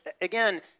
again